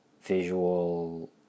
visual